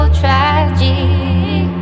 tragic